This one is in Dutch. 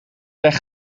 weg